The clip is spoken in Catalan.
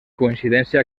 coincidència